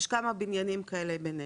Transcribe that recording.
יש כמה בניינים כאלה בנשר.